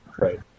right